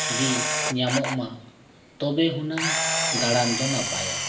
ᱜᱮ ᱧᱟᱢᱚᱜ ᱛᱚᱵᱮ ᱦᱩᱱᱟᱹᱝ ᱫᱟᱬᱟᱱ ᱫᱚ ᱱᱟᱯᱟᱭᱟ